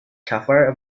covers